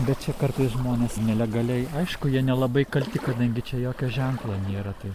bet čia kartais žmonės nelegaliai aišku jie nelabai kalti kadangi čia jokio ženklo nėra tai